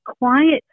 quiet